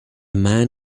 man